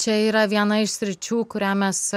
čia yra viena iš sričių kurią mes